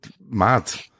mad